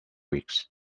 weeks